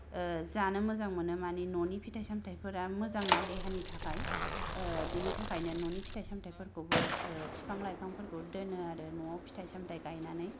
ओ जानो मोजां मोनो माने न'नि फिथाय सामथायफोरा मोजांना देहानि थाखाय ओ बिनि थाखायनो न'नि फिथाय सामथायफोरखौबो ओ फिफां लाइफांफोरखौ दोनो आरो न'आव फिथाय सामथाय गायनानै